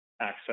access